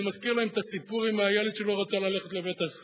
ואני מזכיר להם את הסיפור עם הילד שלא רצה ללכת לבית-הספר.